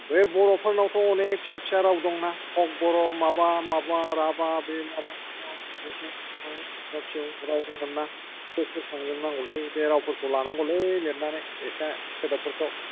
बे बर'फोरनावथ अनेक फिसा फिसा राव दं ना कक बर' माबा माबा राभा बे माबा मिसिं दं फिसा फिसौ राव दंमोनना गोसोखांजोबनांगौलै बे रावफोरखौ लानांगौलै लिरनानै एसे सोदोबफोरखौ